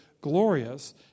glorious